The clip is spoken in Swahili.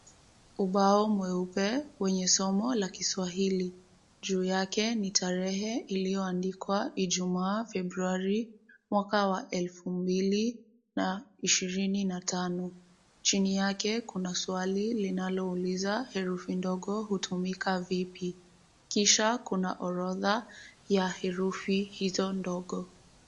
Ubao mweupe wenye somo la kiswahili, juu yake ni tarehe iliyoandikwa Ijumaa Februari mwaka wa elfu mbili na ishirini na tano, chini yake kuna swali linalouliza; herufi ndogo hutumika vipi? Kisha kuna orodha ya herufi hizo ndogo.